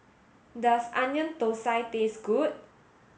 does onion thosai taste good